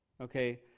Okay